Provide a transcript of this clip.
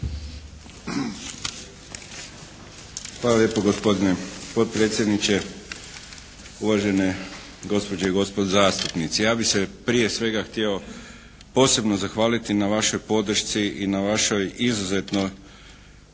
Hvala lijepa gospodine potpredsjedniče, uvažene gospođe i gospodo zastupnici. Ja bi se prije svega htio posebno zahvaliti na vašoj podršci i na vašoj izuzetno